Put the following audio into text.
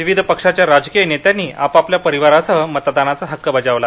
विविध पक्षाच्या राजकीय नेत्यांनी आपापल्या परिवारासह मतदानाचा हक्क बजावला